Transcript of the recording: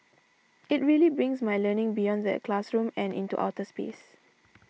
it really brings my learning beyond the classroom and into outer space